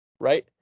Right